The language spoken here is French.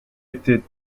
était